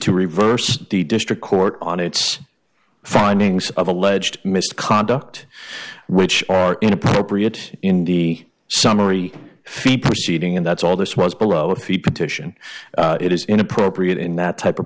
to reverse the district court on its findings of alleged misconduct which are inappropriate in the summary fee proceeding and that's all this was below if you petition it is inappropriate in that type